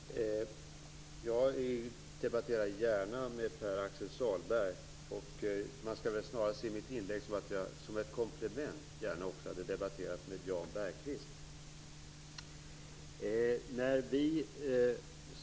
Fru talman! Jag debatterar gärna med Pär-Axel Sahlberg. Man skall snarast se mitt inlägg så att jag gärna också hade debatterat med Jan Bergqvist som ett komplement.